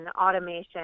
automation